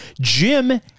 Jim